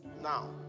now